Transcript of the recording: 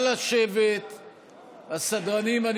אדוני חבר הכנסת יעקב אשר, נא לשבת.